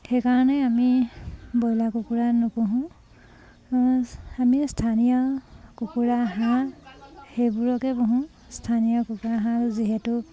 সেইকাৰণে আমি ব্ৰইলাৰ কুকুৰা নুপুহোঁ আমি স্থানীয় কুকুৰা হাঁহ সেইবোৰকে পুহোঁ স্থানীয় কুকুৰা হাঁহ যিহেতু